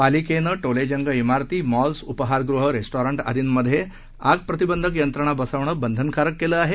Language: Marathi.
पालिकेनं टोलेजंग इमारती मॉल्स उपहारगृहं रेस्टॉरट आदींमध्ये आग प्रतिबंधक यंत्रणा बसवणं बंधनकारक केलं आहे